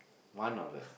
one of it